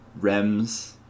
rems